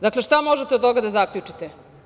Dakle, šta možete od toga da zaključite?